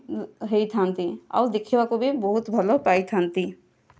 ହୋଇଥାନ୍ତି ଆଉ ଦେଖିବାକୁ ବି ବହୁତ ଭଲ ପାଇଥାନ୍ତି